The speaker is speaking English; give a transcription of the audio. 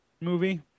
movie